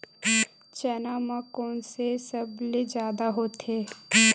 चना म कोन से सबले जादा होथे?